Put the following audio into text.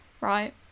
Right